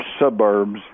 suburbs